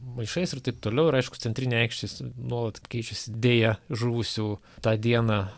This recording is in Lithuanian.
maišais ir taip toliau ir aišku centrinė aikštė nuolat keičiasi deja žuvusių tą dieną